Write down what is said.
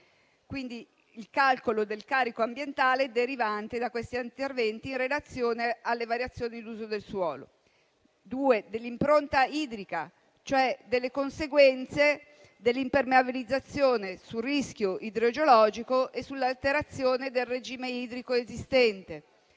per il calcolo del carico ambientale derivante da tali interventi anche in relazione ad eventuali variazioni d'uso del suolo; 2) dell'impronta idrica, ovvero delle conseguenze dell'impermeabilizzazione sul rischio idrogeologico e sull'alterazione del regime idrico già esistente,